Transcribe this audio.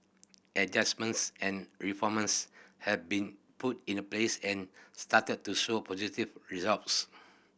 adjustments and reforms have been put in the place and started to show positive results